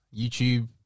youtube